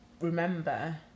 remember